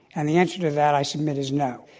and the answer to that, i submit, is no.